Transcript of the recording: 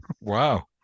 Wow